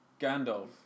Gandalf